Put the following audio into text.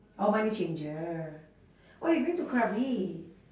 orh money changer orh you going to krabi